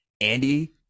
Andy